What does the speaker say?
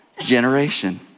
generation